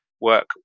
work